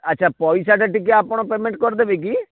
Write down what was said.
ଆଚ୍ଛା ପଇସାଟା ଟିକିଏ ଆପଣ ପେମେଣ୍ଟ୍ କରିଦେବେ କି